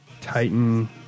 Titan